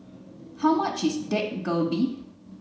how much is Dak Galbi